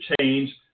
change